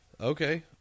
Okay